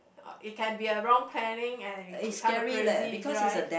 it can be a wrong planning and it become a crazy drive